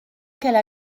qu’elle